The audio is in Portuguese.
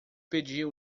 pedir